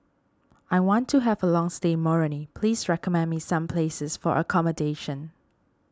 I want to have a long stay in Moroni please recommend me some places for accommodation